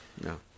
No